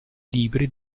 libri